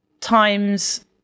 times